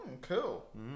cool